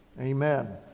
Amen